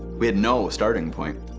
we had no starting point.